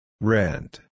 Rent